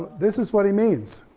this is what he means.